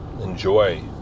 enjoy